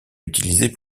utilisés